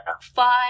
fun